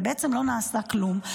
ובעצם לא נעשה כלום.